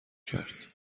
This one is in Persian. کرد